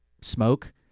smoke